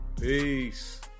Peace